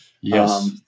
Yes